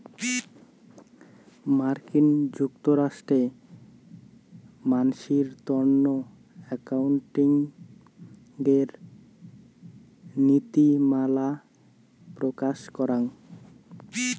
মার্কিন যুক্তরাষ্ট্রে মানসির তন্ন একাউন্টিঙের নীতিমালা প্রকাশ করাং